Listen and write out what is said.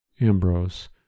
Ambrose